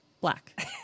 black